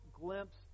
glimpse